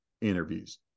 interviews